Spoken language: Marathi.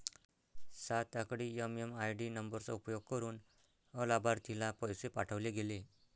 सात आकडी एम.एम.आय.डी नंबरचा उपयोग करुन अलाभार्थीला पैसे पाठवले गेले